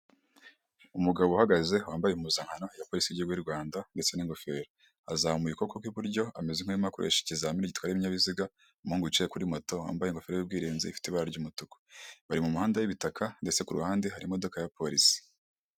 Umugabo uhagaze wambaye impuzankano ya polisi y'igihugu y'u Rwanda ndetse n'ingofero. Azamuye ukuboko kw'iburyo ameze nk'aho arimo akoresha ikizamini gitwara ibinyabiziga, umuhungu wicaye kuri moto wambaye ingofero y'ubwirinzi ifite ibara ry'umutuku. Bari mu muhanda y'ibitaka ndetse ku ruhande hari imodoka ya polisi.